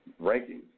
rankings